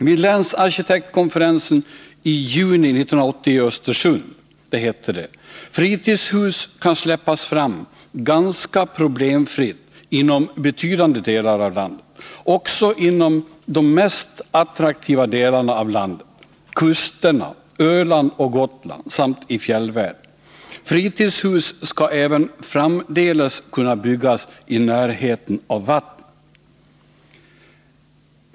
Vid länsarkitektkonferensen i juni 1980 i Östersund hette det: Fritidshus kan släppas fram ganska problemfritt inom betydande delar av landet, också inom de mest attraktiva delarna — kusterna, Öland och Gotland samt i fjällvärlden. Fritidshus skall även framdeles kunna byggas i närheten av vattnet.